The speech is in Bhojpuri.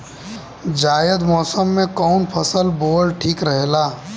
जायद मौसम में कउन फसल बोअल ठीक रहेला?